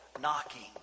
knocking